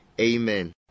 Amen